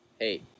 Hey